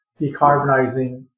decarbonizing